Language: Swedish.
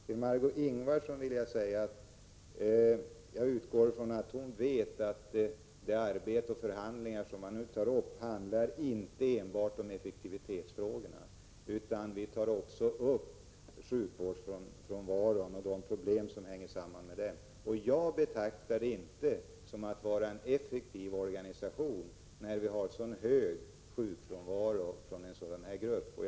Till Margé Ingvardsson vill jag säga att jag utgår ifrån att hon vet att det arbete och de förhandlingar som man nu tar upp inte enbart handlar om effektivitetsfrågorna, utan vi tar också upp sjukfrånvaron och de problem som hänger samman med den. Jag betraktar det inte som en effektiv organisation, när vi har så hög sjukfrånvaro inom en grupp av arbetstagare.